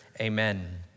amen